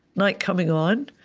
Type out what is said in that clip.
night coming on,